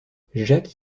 jacques